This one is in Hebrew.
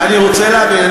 אני רוצה להבין,